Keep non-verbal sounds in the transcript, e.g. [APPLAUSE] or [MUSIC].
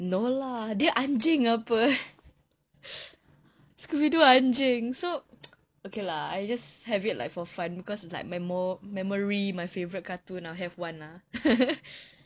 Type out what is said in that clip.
no lah dia anjing apa [LAUGHS] scooby doo anjing so [NOISE] okay lah I just have it like for fun because it's like memo~ memory my favourite cartoon I'll have one lah [LAUGHS]